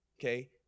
Okay